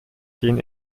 den